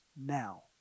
now